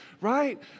right